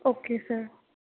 okay sir